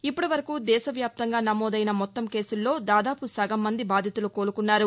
ఇప్పటివరకు దేశవ్యాప్తంగా నమోదైన మొత్తం కేసుల్లో దాదాపు నగం మంది బాధితులు కోలుకున్నారు